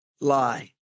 lie